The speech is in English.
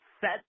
set